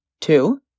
Two